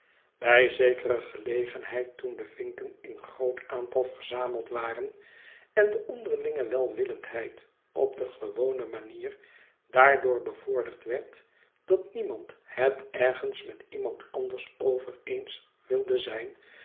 bij zekere gelegenheid toen de vinken in groot aantal verzameld waren en de onderlinge welwillendheid op de gewone manier daardoor bevorderd werd dat niemand het ergens met iemand anders over eens wilde zijn